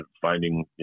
finding